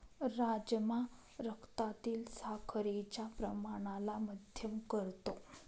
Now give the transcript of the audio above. राजमा रक्तातील साखरेच्या प्रमाणाला मध्यम करतो